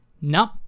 Nope